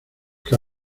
que